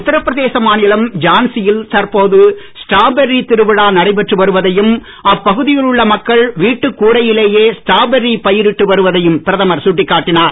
உத்தரபிரதேச மாநிலம் ஜான்சியில் தற்போது ஸ்டிராபெர்ரி திருவிழா நடைபெற்று வருவதையும் அப்பகுதியில் உள்ள மக்கள் வீட்டுக் கூரையிலேயே ஸ்டிராபெர்ரி பயிரிட்டு வருவதையும் பிரதமர் சுட்டிக்காட்டினார்